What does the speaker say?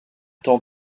temps